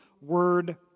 word